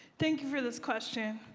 thank you for this question.